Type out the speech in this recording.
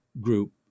group